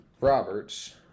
Roberts